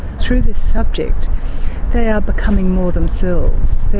through this subject they are becoming more themselves.